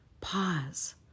Pause